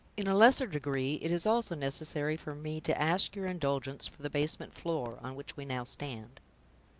in a lesser degree, it is also necessary for me to ask your indulgence for the basement floor, on which we now stand.